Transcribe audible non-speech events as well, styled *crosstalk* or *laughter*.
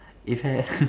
if ha~ *laughs*